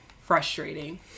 frustrating